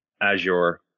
Azure